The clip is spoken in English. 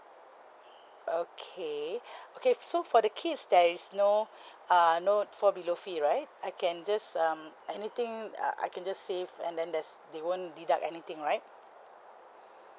okay okay so for the kids there is no err no fall below fee right I can just um anything uh I can just save and then there's they won't deduct anything right